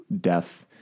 death